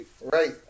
Right